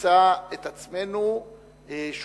ונמצא את עצמנו שולחים